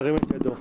ירים את ידו.